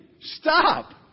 Stop